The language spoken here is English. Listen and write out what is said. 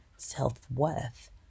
self-worth